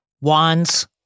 wands